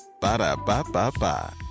Ba-da-ba-ba-ba